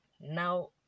Now